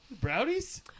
Brownies